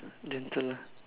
gentle ah